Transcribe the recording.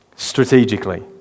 Strategically